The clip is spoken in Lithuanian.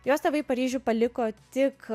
jos tėvai paryžių paliko tik